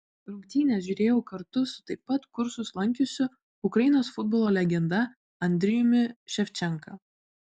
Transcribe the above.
rungtynes žiūrėjau kartu su taip pat kursus lankiusiu ukrainos futbolo legenda andrijumi ševčenka